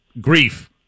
grief